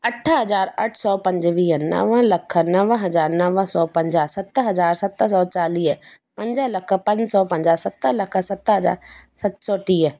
अठ हज़ार अठ सौ पंजवीह नव लख नव हज़ार नव सौ पंजाह सत हज़ार सत सौ चालीह पंज लख पंज सौ पंजाह सत लख सत हज़ार सत सौ टीह